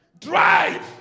Drive